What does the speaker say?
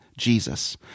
Jesus